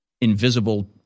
invisible